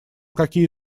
какие